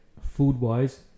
food-wise